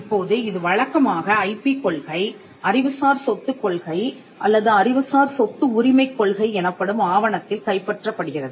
இப்போது இது வழக்கமாக ஐபி கொள்கை அறிவுசார் சொத்து கொள்கை அல்லது அறிவுசார் சொத்து உரிமைக் கொள்கை எனப்படும் ஆவணத்தில் கைப்பற்றப்படுகிறது